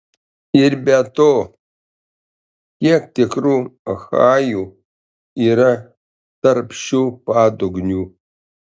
ir be to kiek tikrų achajų yra tarp šių padugnių